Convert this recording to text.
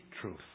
truth